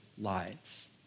lives